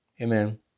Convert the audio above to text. Amen